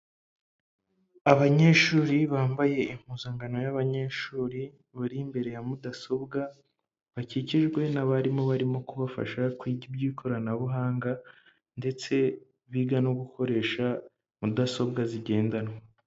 Abanyeshuri bambaye impuzankano y'abanyeshuri bari imbere ya mudasobwa. Bakikijwe n'abarimu barimo kubafasha kwiga iby'ikoranabuhanga ndetse biga no gukoresha mudasobwa zigendanwa.